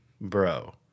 bro